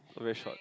all very short